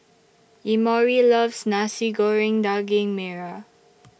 Emory loves Nasi Goreng Daging Merah